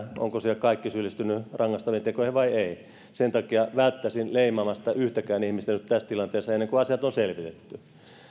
ovatko siellä kaikki syyllistyneet rangaistaviin tekoihin vai eivät sen takia välttäisin leimaamasta yhtäkään ihmistä nyt tässä tilanteessa ennen kuin asiat on selvitetty